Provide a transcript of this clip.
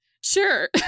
Sure